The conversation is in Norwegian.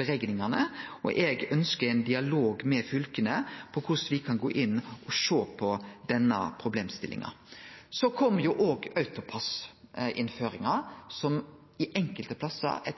og eg ønskjer ein dialog med fylka om korleis me kan gå inn og sjå på denne problemstillinga. Så til AutoPASS-innføringa, som enkelte plassar fører